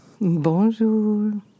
Bonjour